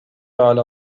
على